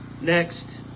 next